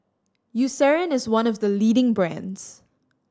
Eucerin is one of the leading brands